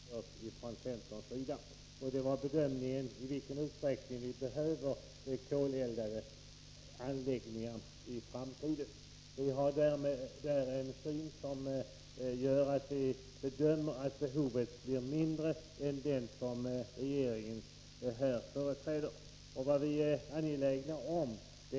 Herr talman! Bo Forslund sade i sin inledning att det är viktigt att vi här slår vakt om inhemska bränslen och utnyttjar de resurser vi kan få fram inom landet för att på bästa sätt ta till vara de energitillgångar som finns här. Därom är vi överens. Bara på två punkter tog Bo Forslund upp vad som framförts från centerns sida. Den första gällde bedömningen av i vilken utsträckning vi behöver koleldade anläggningar i framtiden. Vår bedömning är att behovet blir mindre än regeringens företrädare anser.